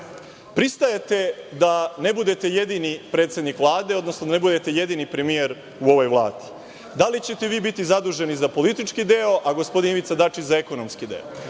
pristajete da ne budete jedini predsednik Vlade, odnosno da ne budete jedini premijer u ovoj Vladi? Da li ćete vi biti zaduženi za politički deo, a gospodin Ivica Dačić za ekonomski deo?